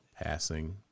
passing